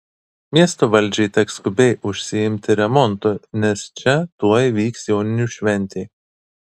miesto valdžiai teks skubiai užsiimti remontu nes čia tuoj vyks joninių šventė